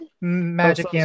magic